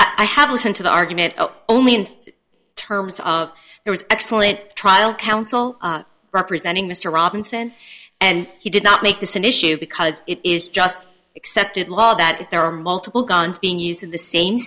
or i have listened to the argument only in terms of there was excellent trial counsel representing mr robinson and he did not make this an issue because it is just accepted law that if there are multiple guns being used in the same